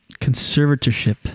conservatorship